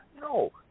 No